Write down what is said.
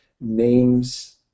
names